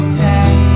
ten